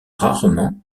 rarement